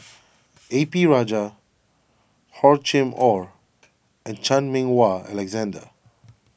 A P Rajah Hor Chim or and Chan Meng Wah Alexander